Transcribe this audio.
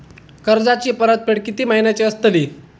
कर्जाची परतफेड कीती महिन्याची असतली?